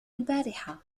البارحة